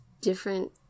different